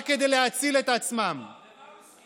רק כדי להציל את עצמם, תגיד, למה הוא הסכים?